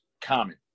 common